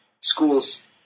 schools